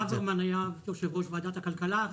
ברוורמן היה יושב-ראש ועדת הכלכלה,